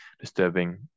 disturbing